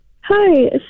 Hi